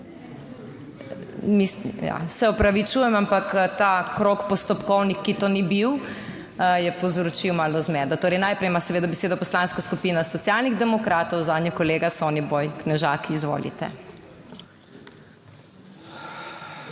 se opravičujem, ampak ta krog postopkovnih, ki to ni bil, je povzročil malo zmede. Torej, najprej ima seveda besedo Poslanska skupina Socialnih demokratov, zanjo kolega Soniboj Knežak. Izvolite.